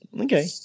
Okay